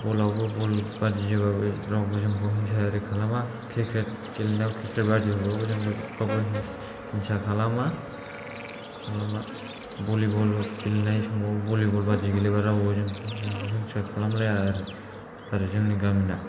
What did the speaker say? बल आवबो बल बादि जोबाबो रावबो जोंखौ हिंसायारि खालामा क्रिकेट गेलानायाव क्रिकेट बादिबाबो जोंखौ रावबो हिंसा खालामा बलिबल गेलेनाय समाव बलिबल बादि गेलेबाबो जोंखौ रावबो हिंसा खालामलाया आरो जोंनि गामिना